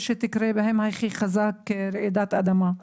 שיקרה בהם הכי חזק רעידת אדמה.